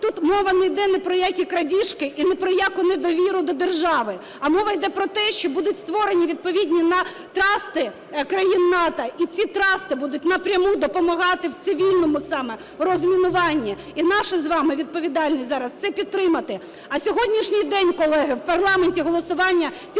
Тут мова не йде ні про які крадіжки і ні про яку недовіру до держави, а мова йде про те, що будуть створені відповідні трасти країн НАТО, і ці трасти будуть на пряму допомагати в цивільному саме розмінуванні, і наша з вами відповідальність зараз це підтримати. А сьогоднішній день, колеги, в парламенті голосування